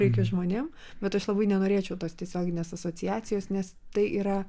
reikia žmonėms bet aš labai nenorėčiau tos tiesioginės asociacijos nes tai yra